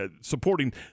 supporting